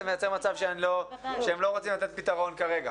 זה מייצר מצב שהם לא רוצים פתרון כרגע.